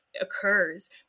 occurs